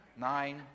Nine